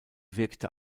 wirkte